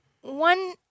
one